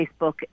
Facebook